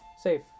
safe